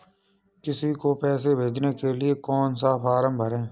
किसी को पैसे भेजने के लिए कौन सा फॉर्म भरें?